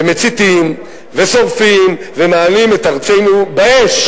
ומציתים ושורפים ומעלים את ארצנו באש,